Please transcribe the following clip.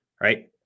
right